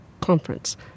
conference